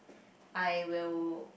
I will